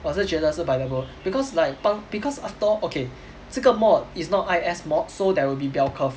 我是觉得是 by the book because like 帮 because after all okay 这个 mod is not I_S mod so there will be bell curve